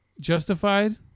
Justified